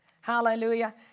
Hallelujah